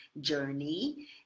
journey